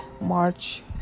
March